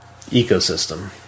ecosystem